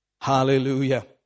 Hallelujah